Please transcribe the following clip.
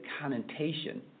connotation